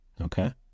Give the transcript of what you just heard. Okay